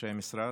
אנשי המשרד,